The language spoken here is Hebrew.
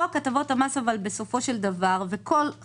אבל בסופו של דבר חוק הטבות המס,